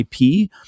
ip